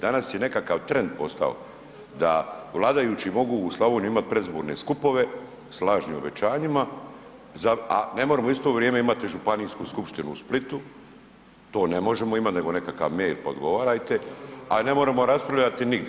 Danas je nekakav trend postao da vladajući mogu u Slavoniji imati predizborne skupove s lažnim obećanjima, a ne moremo u isto vrijeme imati županijsku skupštinu u Splitu, to ne možemo imati nego nekakav mail pa odgovarajte, a ne moremo raspravljati nigdje.